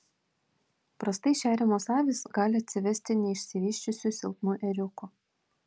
prastai šeriamos avys gali atsivesti neišsivysčiusių silpnų ėriukų